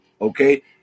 okay